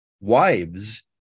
wives